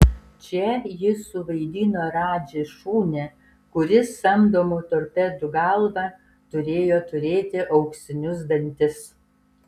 čia jis suvaidino radži šunį kuris samdomų torpedų galva turėjo turėti auksinius dantis